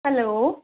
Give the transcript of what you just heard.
hello